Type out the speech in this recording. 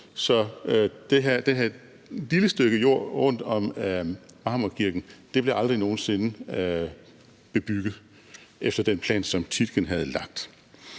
så det her lille stykke jord rundt om Marmorkirken blev aldrig nogensinde bebygget efter den plan, som Tietgen havde lagt.